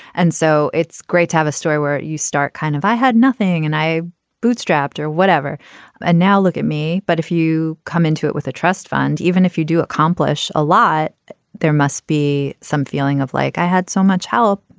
and so it's great to have a story where you start kind of i had nothing and i bootstrapped or whatever and now look at me. but if you come into it with a trust fund even if you do accomplish a lot there must be some feeling of like i had so much help.